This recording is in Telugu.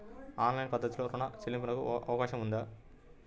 ఆన్లైన్ పద్ధతిలో రుణ చెల్లింపునకు అవకాశం ఉందా?